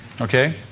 okay